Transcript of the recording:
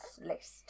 list